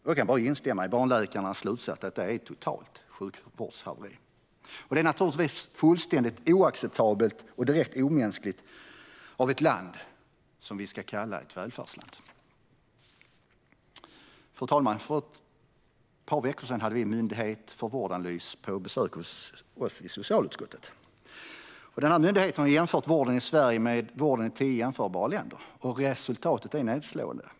Jag kan bara instämma i barnläkarnas slutsats: Detta är ett totalt sjukvårdshaveri. Det är naturligtvis fullständigt oacceptabelt och direkt omänskligt av ett land som vi ska kalla ett välfärdsland. Fru talman! För ett par veckor sedan hade vi Myndigheten för vård och omsorgsanalys på besök hos oss i socialutskottet. Myndigheten har jämfört vården i Sverige med vården i tio jämförbara länder. Resultatet är nedslående.